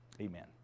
amen